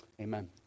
Amen